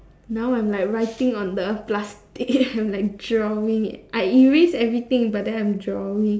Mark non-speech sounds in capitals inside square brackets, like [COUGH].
now I'm like writing on the plastic [LAUGHS] I'm like drawing leh I erase everything but then I'm drawing